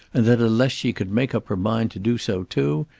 and that unless she could make up her mind to do so too,